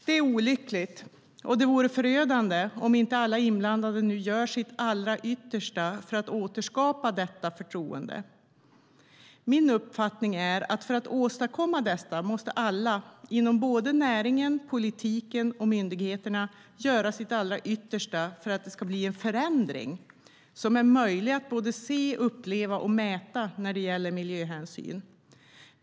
Det är olyckligt, och det vore förödande om inte alla inblandade nu gör sitt allra yttersta för att återskapa detta förtroende. Min uppfattning är att för att åstadkomma detta måste alla inom både näringen, politiken och myndigheterna göra sitt yttersta för att det ska bli en förändring som är möjlig att se, uppleva och mäta när det gäller miljöhänsyn.